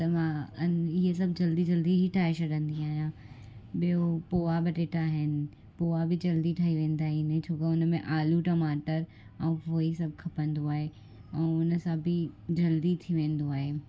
त मां अन ईअ सभु जल्दी जल्दी ही ठाहे छॾंदी आहियां ॿियो पोहा बटेटा आहिनि उहा बि जल्दी ठही वेंदा आहिनि छोकी हुन में आलू टमाटर ऐं वोई सभु खपंदो आहे ऐं हुन सां बि जल्दी थी वेंदो आहे